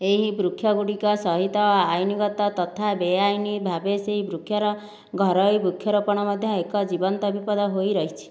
ଏହି ବୃକ୍ଷଗୁଡ଼ିକ ସହିତ ଆଇନ୍ ଗତ ତଥା ବେଆଇନ୍ ଭାବେ ସେହି ବୃକ୍ଷର ଘରୋଇ ବୃକ୍ଷରୋପଣ ମଧ୍ୟ ଏକ ଜୀବନ୍ତ ବିପଦ ହୋଇ ରହିଛି